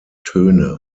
töne